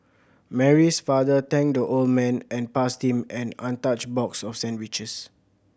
Mary's father thanked the old man and passed him an untouched box of sandwiches